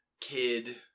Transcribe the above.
kid